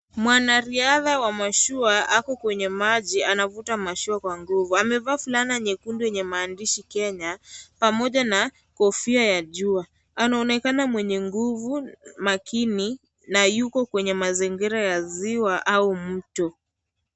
Mwanariadha wa mashua Ako kwenye maji anavuta mashua kwa nguvu, amevaa fulana nyekundu yenye maandishi Kenya, pamoja na kofia ya jua, anaonekana mwenye nguvu makini na Yuko kwenye mazingira ya ziwa au mto.